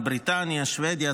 בריטניה שבדיה,